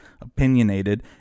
opinionated